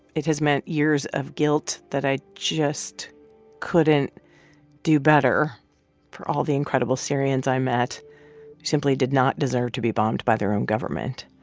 it has meant years of guilt that i just couldn't do better for all the incredible syrians i met who simply did not deserve to be bombed by their own government,